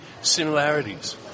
similarities